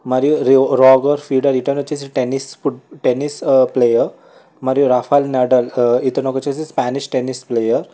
మరియు Roger Federer ఇతను వచ్చేసి టెన్నిస్ టెన్నిస్ ప్లేయర్ మరియు రాఫెల్ నాడల్ ఇతనికి వచ్చేసి స్పానిష్ టెన్నిస్ ప్లేయర్